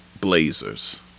Blazers